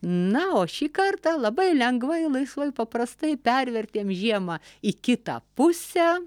na o šį kartą labai lengvai laisvai paprastai pervertėm žiemą į kitą pusę